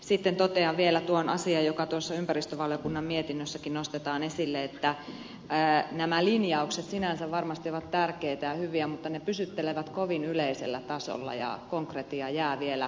sitten totean vielä tuon asian joka ympäristövaliokunnan mietinnössäkin nostetaan esille että nämä linjaukset sinänsä varmasti ovat tärkeitä ja hyviä mutta ne pysyttelevät kovin yleisellä tasolla ja konkretia jää vielä uupumaan